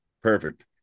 Perfect